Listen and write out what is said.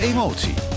Emotie